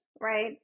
right